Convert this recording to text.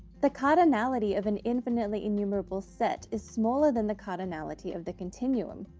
the cardinality of an infinitely enumerable set is smaller than the cardinality of the continuum,